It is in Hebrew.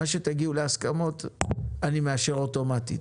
את מה שתגיעו להסכמות אני מאשר אוטומטית,